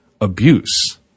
abuse